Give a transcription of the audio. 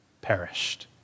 Perished